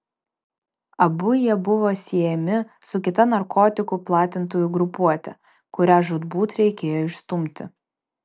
abu jie buvo siejami su kita narkotikų platintojų grupuote kurią žūtbūt reikėjo išstumti